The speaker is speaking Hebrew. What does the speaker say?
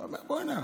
אתה אומר: בוא'נה,